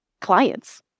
Clients